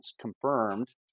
confirmed